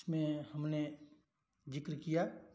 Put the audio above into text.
उसमें हमने ज़िक्र किया